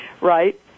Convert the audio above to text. right